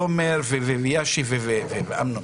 תומר ואמנון,